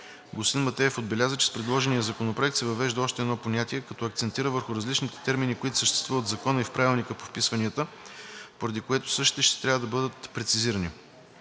Господин Матеев отбеляза, че с предложения Законопроект се въвежда още едно понятие, като акцентира върху различните термини, които съществуват в Закона и в правилника по вписванията, поради което същите ще трябва да бъдат прецизирани.